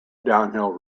downhill